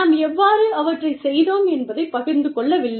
நாம் எவ்வாறு அவற்றைச் செய்தோம் என்பதைப் பகிர்ந்து கொள்ளவில்லை